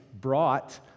brought